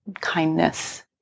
kindness